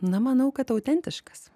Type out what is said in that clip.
na manau kad autentiškas